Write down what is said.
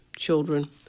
children